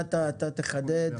אתה תחדד,